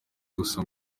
gusa